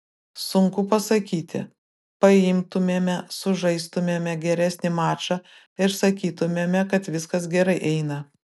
sunku pasakyti paimtumėme sužaistumėme geresnį mačą ir sakytumėme kad viskas gerai eina